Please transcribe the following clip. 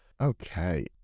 okay